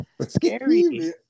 Scary